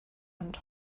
and